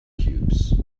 cubes